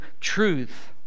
truth